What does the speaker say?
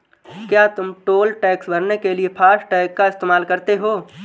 क्या तुम toll tax भरने के लिए फासटेग का इस्तेमाल करते हो?